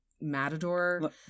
matador